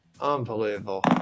Unbelievable